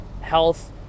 health